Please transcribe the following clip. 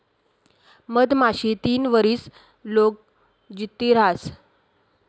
मधमाशी तीन वरीस लोग जित्ती रहास